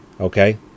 okay